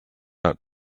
out